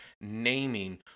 naming